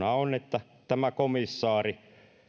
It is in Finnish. on että tämä komissaari